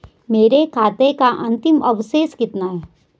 मेरे खाते का अंतिम अवशेष कितना है?